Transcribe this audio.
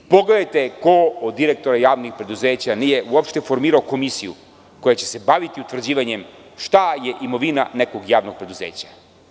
Pogledajte ko od direktora javnih preduzeća nije uopšte formirao komisiju koja će se baviti utvrđivanjem šta je imovina nekog javnog preduzeća.